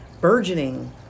burgeoning